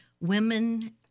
women